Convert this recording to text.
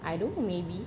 I don't know maybe